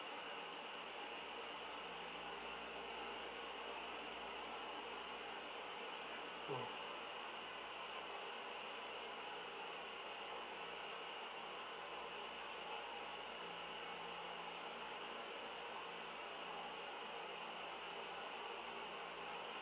mm